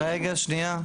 רגע, שנייה.